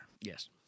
Yes